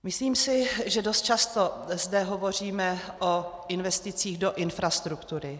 Myslím si, že dost často zde hovoříme o investicích do infrastruktury.